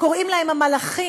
קוראים להם "המלאכים"